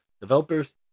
Developers